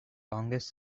longest